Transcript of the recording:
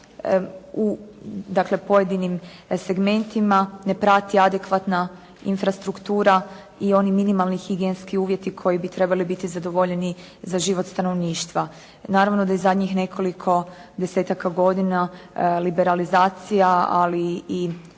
pojedinim segmentima ne prati adekvatna infrastruktura i oni minimalni higijenski uvjeti koji bi trebali biti zadovoljeni za život stanovništva. Naravno da je zadnjih nekoliko desetaka godina liberalizacija, ali i